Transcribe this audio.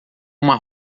uma